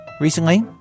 Recently